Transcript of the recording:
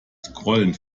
scrollen